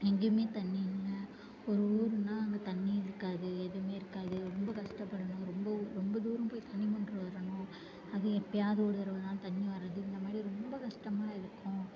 எங்கேயுமே தண்ணி இல்லை ஒரு ஊர்னால் அங்கே தண்ணி இருக்காது எதுவுமே இருக்காது ரொம்ப கஷ்டப்படணும் ரொம்ப ரொம்ப தூரம் போய் தண்ணி மொண்ட்டு வரணும் அது எப்பேயாவுது ஒரு தடவைதான் தண்ணி வருது இந்த மாதிரி ரொம்ப கஷ்டமாக இருக்கும்